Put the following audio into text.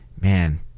man